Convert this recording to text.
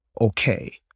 okay